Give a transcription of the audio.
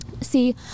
See